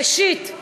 ראשית,